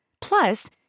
Plus